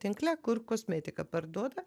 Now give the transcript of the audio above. tinkle kur kosmetiką parduoda